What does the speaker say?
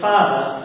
Father